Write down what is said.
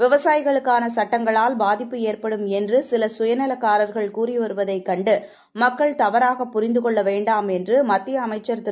விவசாயிகளுக்கான சட்டங்களால் பாதிப்பு ஏற்படும் என்று சில சுயநலக்காரர்கள் கூறி வருவதைக் கண்டு மக்கள் தவறாக புரிந்து கொள்ள வேண்டாம் என்று மத்திய அமைச்சர் திரு